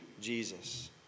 Jesus